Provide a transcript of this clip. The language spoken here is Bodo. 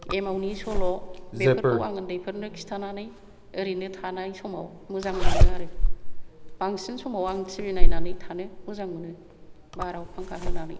एमावनि सल' बेफोरखौ आङो ओन्दैफोरनो खिन्थानानै ओरैनो थानाय समाव मोजां मोनो आरो बांसिन समाव आं टिबि नायनानै थानो मोजां मोनो बाराव फांखा होनानै